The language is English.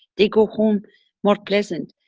they go home more pleasant.